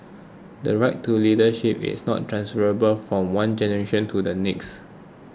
the right to leadership is not transferable from one generation to the next